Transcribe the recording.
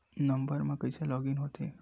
Number मा कइसे online होथे?